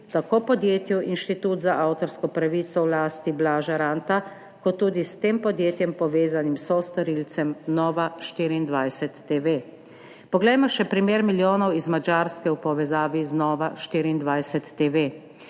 tako podjetju Inštitut za avtorsko pravico v lasti Blaža Ranta kot tudi s tem podjetjem povezanim sostorilcem Novo24TV. Poglejmo še primer milijonov iz Madžarske v povezavi z Novo24TV.